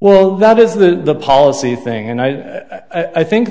well that is the policy thing and i i think